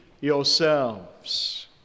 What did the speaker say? yourselves